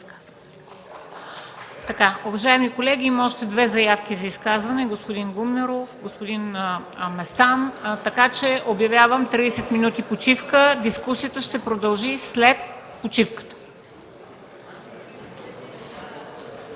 МЕНДА СТОЯНОВА: Колеги, има още две заявки за изказване – господин Гумнеров и господин Местан, така че обявявам 30 минути почивка. Дискусията ще продължи след почивката.